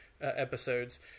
episodes